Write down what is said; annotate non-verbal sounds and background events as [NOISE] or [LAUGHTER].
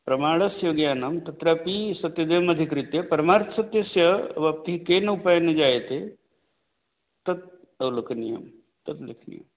प्रमाणस्य ज्ञानं तत्र अपि सत्य [UNINTELLIGIBLE] अधिकृत्य परमार्थसत्यस्य व्यक्तिः केन उपायेन जायते तत् अवलोकनीयं तद् लेख्नीयं